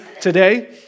today